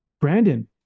Brandon